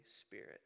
Spirit